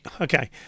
Okay